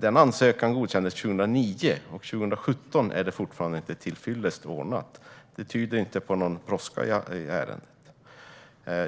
godkändes ansökan 2009, och 2017 är det fortfarande inte till fyllest ordnat. Det tyder inte på någon brådska i ärendet.